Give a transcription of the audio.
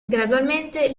gradualmente